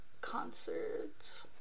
concerts